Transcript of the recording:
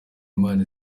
imana